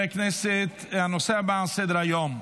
21 בעד, אפס מתנגדים.